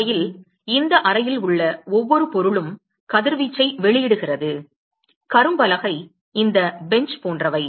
உண்மையில் இந்த அறையில் உள்ள ஒவ்வொரு பொருளும் கதிர்வீச்சை வெளியிடுகிறது கரும்பலகை இந்த பெஞ்ச் போன்றவை